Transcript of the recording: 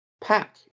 Pack